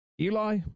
Eli